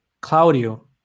Claudio